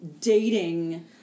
dating